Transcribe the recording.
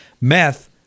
Meth